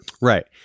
right